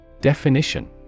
Definition